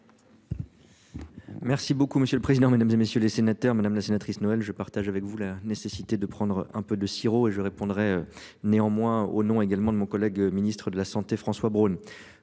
Merci beaucoup monsieur le président, Mesdames, et messieurs les sénateurs, madame la sénatrice Noël je partage avec vous la nécessité de prendre un peu de sirop et je répondrai néanmoins au nom également de mon collègue ministre de la Santé François Braun.